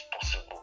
possible